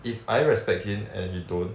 if I respect him and he don't